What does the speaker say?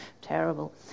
Terrible